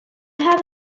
have